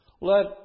let